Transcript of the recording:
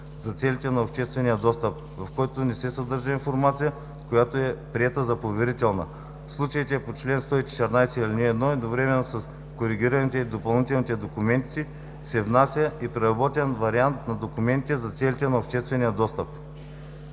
за целите на обществения достъп, в който не се съдържа информацията, която е приета за поверителна. В случаите по чл. 114, ал. 1 едновременно с коригираните и допълнените документи се внася и преработен вариант на документите за целите на обществения достъп.“